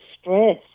stress